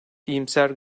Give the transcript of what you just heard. iyimser